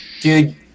dude